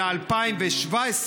אלא 2017,